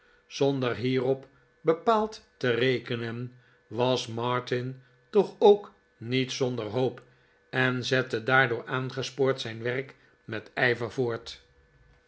zonder hierop bepaald te rekenen was martin toch ook niet zonder hoop en zette daardoor aan gespoord zijn werk met ijver voort